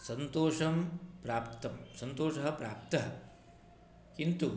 सन्तोषं प्राप्तं सन्तोषः प्राप्तः किन्तु